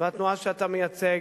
והתנועה שאתה מייצג,